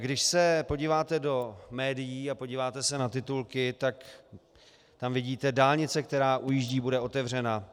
Když se podíváte do médií a podíváte se na titulky, tak tam vidíte: Dálnice, která ujíždí, bude otevřena.